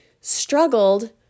struggled